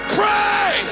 pray